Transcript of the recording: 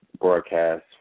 broadcast